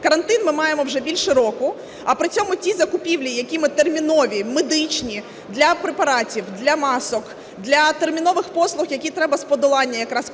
Карантин ми маємо вже більше року. А при цьому ті закупівлі, які термінові, медичні для препаратів, для масок, для термінових послуг, які треба з подолання якраз